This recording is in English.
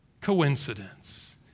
coincidence